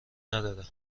نداره